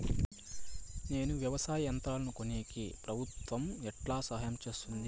నేను వ్యవసాయం యంత్రాలను కొనేకి ప్రభుత్వ ఎట్లా సహాయం చేస్తుంది?